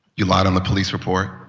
you lied on the police report.